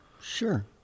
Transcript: sure